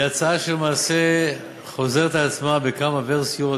זו הצעה שלמעשה חוזרת על עצמה בכמה ורסיות,